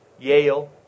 Yale